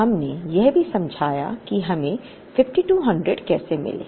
हमने यह भी समझाया कि हमें 5200 कैसे मिले